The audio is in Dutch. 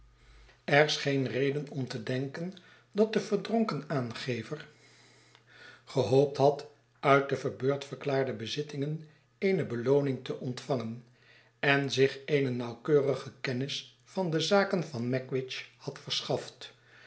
er scheen reden om te denken dat deverdronken aangever gehoopt had uit de verbeurd verklaarde bezittingen eene belooningte ontvangen en zich eene nauwkeurige kennis van de zaken van magwitch had verschaft